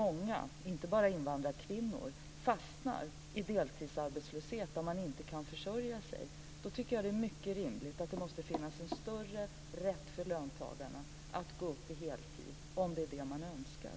Många, inte bara invandrarkvinnor, fastnar i deltidsarbetslöshet där det inte går att försörja sig. Det är mycket rimligt att det finns en större rätt för löntagarna att gå upp i heltid om det är det de önskar.